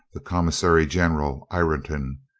the commissary general, ireton.